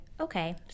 okay